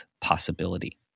possibility